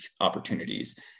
opportunities